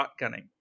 shotgunning